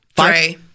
Three